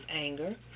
anger